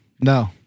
No